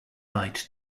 right